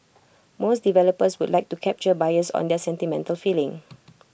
most developers would like to capture buyers on their sentimental feeling